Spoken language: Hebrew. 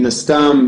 מן הסתם,